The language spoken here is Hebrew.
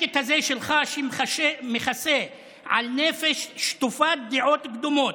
השקט הזה שלך, שמכסה על נפש שטופת דעות קדומות,